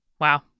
Wow